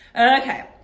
Okay